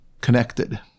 connected